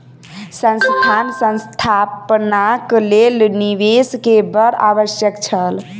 संस्थान स्थापनाक लेल निवेश के बड़ आवश्यक छल